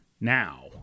now